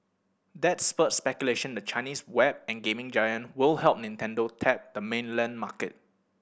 that spurred speculation the Chinese web and gaming giant will help Nintendo tap the mainland market